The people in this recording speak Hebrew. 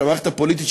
של המערכת הפוליטית,